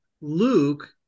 Luke